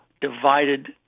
divided